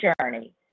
journey